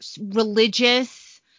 religious